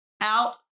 out